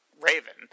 Raven